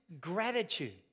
gratitude